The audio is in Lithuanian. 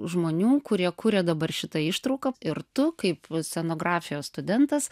žmonių kurie kuria dabar šitą ištrauką ir tu kaip scenografijos studentas